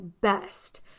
best